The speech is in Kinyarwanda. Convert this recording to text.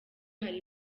hari